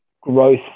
growth